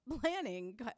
planning